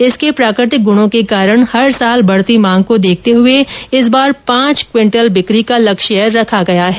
इसके प्राकृतिक गुणों के कारण हर साल बढती मांग को देखते हुए इस बार पांच क्विंटल बिकी का लक्ष्य रखा गया है